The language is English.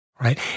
Right